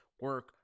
Work